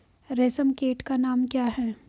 रेशम कीट का नाम क्या है?